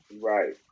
right